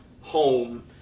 home